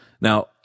Now